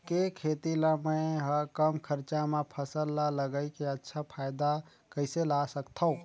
के खेती ला मै ह कम खरचा मा फसल ला लगई के अच्छा फायदा कइसे ला सकथव?